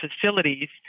facilities